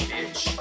Bitch